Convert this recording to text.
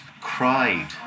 Cried